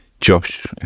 Josh